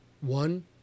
one